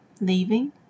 leaving